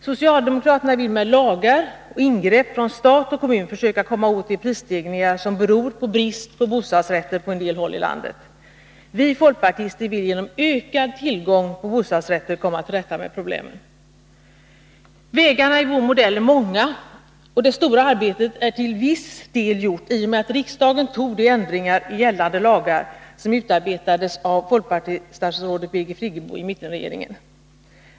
Socialdemokraterna vill med lagar och ingrepp från stat och kommun försöka komma åt de prisstegringar som är ett resultat av bristen på bostadsrätter på en del håll i landet. Vi folkpartister vill genom ökad tillgång på bostadsrätter komma till rätta med problemen. Vägarna är många när det gäller vår modell. Det stora arbetet är i viss utsträckning gjort, i och med att riksdagen antog de ändringar i gällande lagar som utarbetades av folkpartistatsrådet Birgit Friggebo i mittenregeringen.